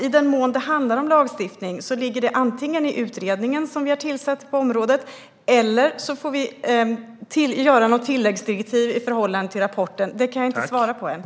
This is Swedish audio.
I den mån det handlar om lagstiftning ligger det antingen i den utredning som vi har tillsatt på området eller så får vi göra något tilläggsdirektiv i förhållande till rapporten. Det kan jag inte svara på ännu.